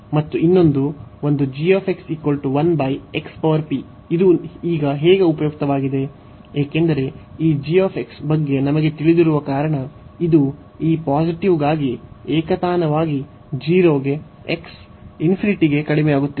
ಮತ್ತು ಇನ್ನೊಂದು ಒಂದು ಇದು ಈಗ ಹೇಗೆ ಉಪಯುಕ್ತವಾಗಿದೆ ಏಕೆಂದರೆ ಈ g ಬಗ್ಗೆ ನಮಗೆ ತಿಳಿದಿರುವ ಕಾರಣ ಇದು ಈ ಪಾಸಿಟಿವ್ಗಾಗಿ ಏಕತಾನವಾಗಿ 0 ಗೆ x ಗೆ ಕಡಿಮೆಯಾಗುತ್ತಿದೆ